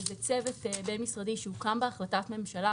זה צוות בין-משרדי שהוקם בהחלטת ממשלה,